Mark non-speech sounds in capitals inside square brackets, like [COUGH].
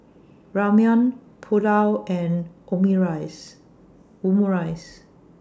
Ramen Pulao and [UNINTELLIGIBLE] Omurice